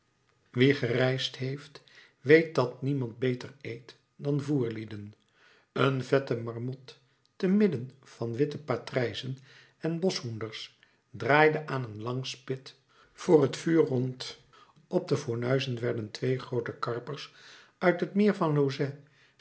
wie gereisd heeft weet dat niemand beter eet dan voerlieden een vette marmot te midden van witte patrijzen en boschhoenders draaide aan een lang spit voor het vuur rond op de fornuizen werden twee groote karpers uit het meer van lauzet